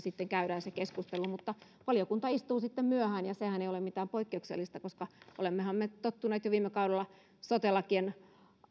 käydään keskustelut mutta valiokunta istuu sitten myöhään ja sehän ei ole mitään poikkeuksellista koska olemmehan me tottuneet jo viime kaudella sote lakien